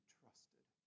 trusted